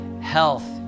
health